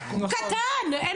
היו"ר מירב בן ארי (יו"ר ועדת ביטחון הפנים): מה לעשות,